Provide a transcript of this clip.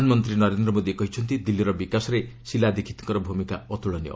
ପ୍ରଧାନମନ୍ତ୍ରୀ ନରେନ୍ଦ୍ର ମୋଦୀ କହିଛନ୍ତି ଦିଲ୍ଲୀର ବିକାଶରରେ ଶିଲା ଦୀକ୍ଷିତ୍ଙ୍କର ଭୂମିକା ଅତୁଳନୀୟ